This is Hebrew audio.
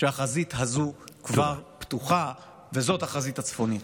כשהחזית הזו כבר פתוחה, וזאת החזית הצפונית.